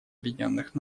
объединенных